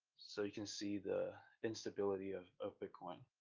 so you can see the instability of of bitcoin.